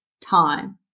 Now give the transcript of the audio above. time